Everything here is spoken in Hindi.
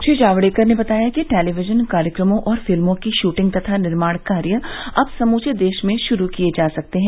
श्री जावड़ेकर ने बताया कि टेलीविजन कार्यक्रमों और फिल्मों की शूटिंग तथा निर्माण कार्य अब समूचे देश में शुरू किये जा सकते हैं